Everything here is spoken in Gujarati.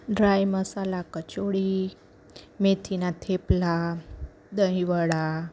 ડ્રાય મસાલા કચોરી મેથીના થેપલા દહીં વડા